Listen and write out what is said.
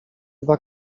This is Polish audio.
dwa